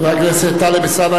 חבר הכנסת טלב אלסאנע,